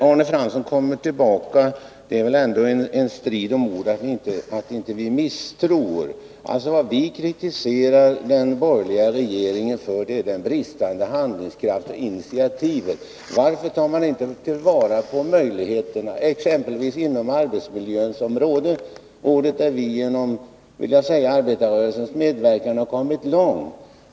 Arne Fransson får en strid om ord. Vad vi kritiserar den borgerliga regeringen för är den bristande handlingskraften och initiativlösheten. Varför tar man inte till vara möjligheterna exempelvis inom arbetsmiljöns område? Det är ett område där vi tack vare arbetarrörelsens medverkan har kommit långt.